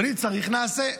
אבל אם צריך, נעשה.